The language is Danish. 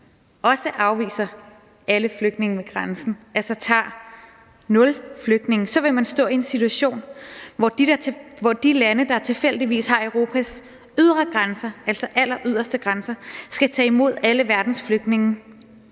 også afviser alle flygtninge ved grænsen, altså tager nul flygtninge, så vil man stå i en situation, hvor de lande, der tilfældigvis danner Europas ydre grænser – altså Europas alleryderste grænser – skal tage imod alle de flygtninge,